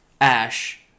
Ash